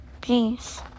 Peace